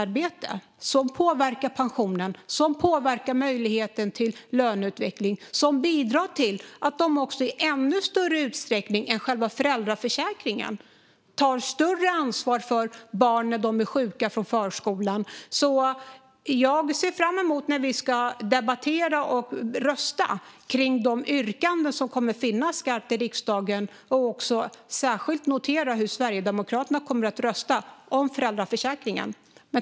Detta påverkar pensionen och möjligheten till löneutveckling och bidrar till att kvinnor i ännu större utsträckning tar större ansvar för barn som är hemma sjuka från förskolan. Jag ser fram emot att debattera och rösta om yrkandena här i riksdagen, och jag kommer särskilt att notera hur Sverigedemokraterna röstar om föräldraförsäkringen.